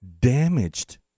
damaged